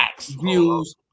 views